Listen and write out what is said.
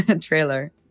trailer